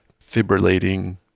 fibrillating